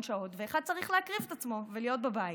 שעות ואחד צריך להקריב את עצמו ולהיות בבית.